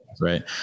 right